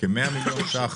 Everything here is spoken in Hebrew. כ-100 מיליון ₪;